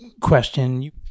question